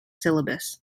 syllabus